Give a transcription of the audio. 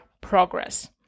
progress